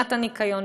ברמת הניקיון,